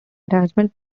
attachment